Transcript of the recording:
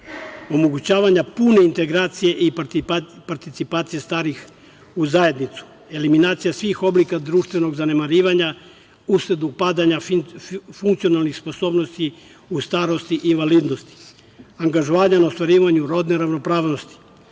omogućavanja pune integracije i participacije starih u zajednicu, eliminacija svih oblika društvenog zanemarivanja, usled opadanja funkcionalnih sposobnosti u starosti i invalidnost. Angažovanje na ostvarivanju rodne ravnopravnosti,